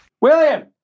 William